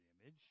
image